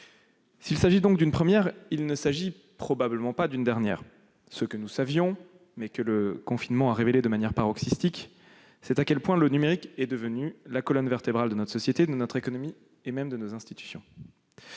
Il s'agit donc d'une première, mais probablement pas d'une dernière. Ce que nous savions, et que le confinement a confirmé de manière paroxystique, c'est que le numérique est devenu la colonne vertébrale de notre économie, de notre société et même de nos institutions.